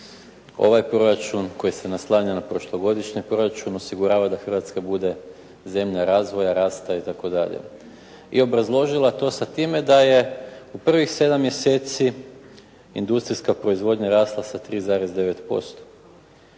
ovaj proračun koji se naslanja na prošlogodišnji proračun, osigurava da Hrvatska bude zemlja razvoja, rasta itd. I obrazložila to sa time da je u prvih sedam mjeseci industrijska proizvodnja rasla sa 3,9%.